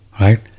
right